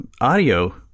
audio